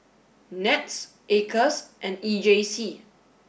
NETS Acres and E J C